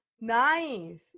nice